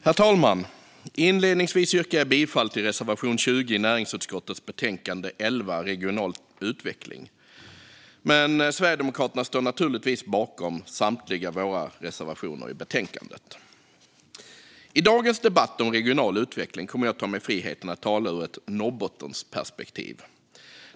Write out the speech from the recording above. Herr talman! Inledningsvis yrkar jag bifall till reservation 20 i näringsutskottets betänkande 11 Regional utveckling . Men vi i Sverigedemokraterna står naturligtvis bakom samtliga våra reservationer i betänkandet. I dagens debatt om regional utveckling kommer jag att ta mig friheten att tala ur ett Norrbottensperspektiv.